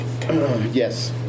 Yes